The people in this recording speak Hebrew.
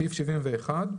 "71.